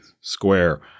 square